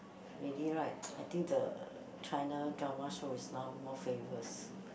really right I think the China drama show is now more famous